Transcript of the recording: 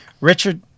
Richard